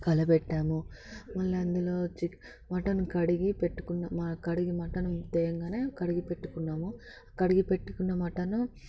కలపెట్టాము మళ్లీ అందులో వచ్చి మటన్ కడిగి పెట్టుకున్న కడిగి మటన్ తేగానే కడిగి పెట్టుకున్నాము కడిగి పెట్టుకున్న మటన్